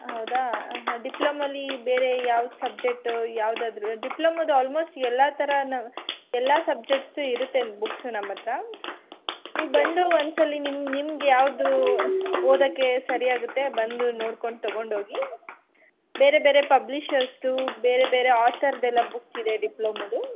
ಹೌದಾ ಡಿಪ್ಲೊಮೊಲಿ ಬೇರೆ ಯಾವ ಸಬ್ಜೆಕ್ಟ್ ಯಾವುದಾದ್ರು ಡಿಪ್ಲೊಮೊದ ಆಲ್ಮೋಸ್ಟ್ ಎಲ್ಲ ಥರ ಎಲ್ಲ ಸಬ್ಜೆಕ್ಟ್ ಇರುತ್ತೆ ಬುಕ್ಸು ನಮ್ಮ ಹತ್ರ ನೀವು ಬಂದು ಒಂದ್ಸಲ ನಿಮಗೆ ಯಾವುದು ಓದೋಕೆ ಸರಿ ಆಗುತ್ತೆ ಬಂದು ನೋಡಿಕೊಂಡು ತಗೊಂಡು ಹೋಗಿ ಬೇರೆ ಬೇರೆ ಪಬ್ಲಿಷರ್ಸ್ದು ಬೇರೆ ಬೇರೆ ಆ ಥರದ್ದು ಎಲ್ಲ ಬುಕ್ ಇದೆ ಡಿಪ್ಲೊಮೊದು